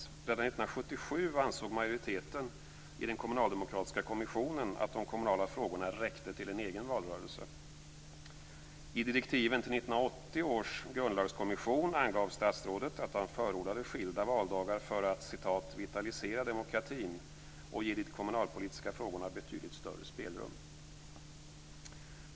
Redan år 1977 ansåg majoriteten i den kommunaldemokratiska kommissionen att de kommunala frågorna räckte till en egen valrörelse. I direktiven till 1980 års grundlagskommission angav statsrådet att han förordade skilda valdagar för att "vitalisera demokratin och ge de kommunalpolitiska frågorna betydligt större spelrum".